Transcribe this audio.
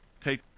Take